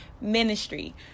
ministry